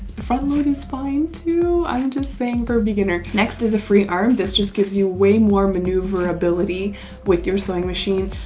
the front loading is fine too i'm just saying for beginner. next is a free arm. this just gives you way more maneuverability with your sewing machine.